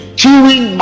chewing